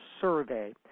survey